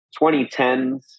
2010s